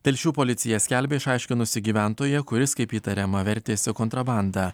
telšių policija skelbia išaiškinusi gyventoją kuris kaip įtariama vertėsi kontrabanda